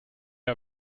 are